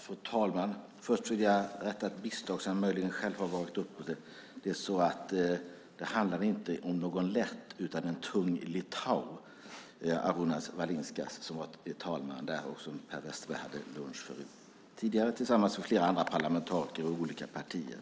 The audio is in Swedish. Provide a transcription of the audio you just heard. Fru talman! Först vill jag rätta ett misstag som jag möjligen själv har varit upphov till. Det handlar inte om någon "lett" utan om en tung litauer, talman Arunas Valinskas, som Per Westerberg har haft lunch med tillsammans med flera andra parlamentariker från olika partier.